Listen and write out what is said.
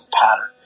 pattern